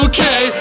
Okay